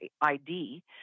ID